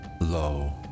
Lo